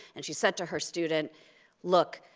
and she said to her student look.